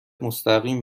مستقیم